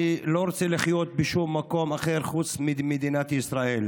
אני לא רוצה לחיות בשום מקום אחר חוץ ממדינת ישראל,